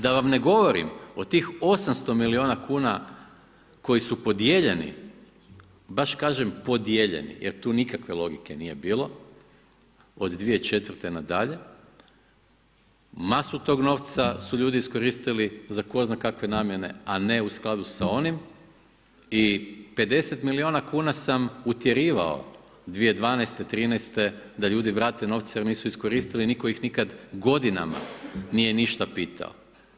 Da vam ne govorim o tih 800 milijuna kuna koji su podijeljeni, baš kažem podijeljeni jer tu nikakve logike nije bilo od 2004. na dalje, masu tog novca su ljudi iskoristili za tko zna kakve namjene, a ne u skladu sa onim i 50 milijuna kuna sam utjerivao 2012., 2013. da ljudi vrate novce jer nisu iskoristili, nitko ih nikada godinama nije ništa pitao.